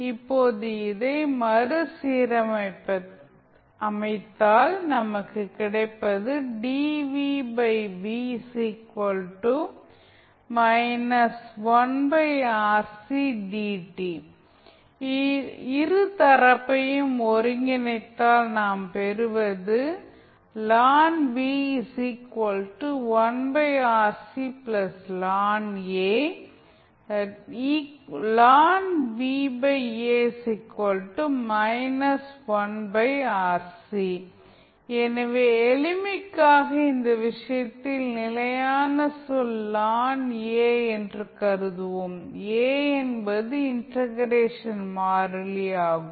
இப்போது இதை மறுசீரமைத்தால் நமக்கு கிடைப்பது இரு தரப்பையும் ஒருங்கிணைத்தால் நாம் பெறுவது எனவே எளிமைக்காக இந்த விஷயத்தில் நிலையான சொல் ln A என்று கருதுவோம் A என்பது இண்டெகரேஷன் மாறிலி ஆகும்